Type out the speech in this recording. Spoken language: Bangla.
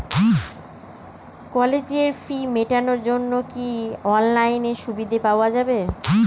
কলেজের ফি মেটানোর জন্য কি অনলাইনে সুবিধা পাওয়া যাবে?